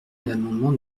l’amendement